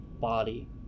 body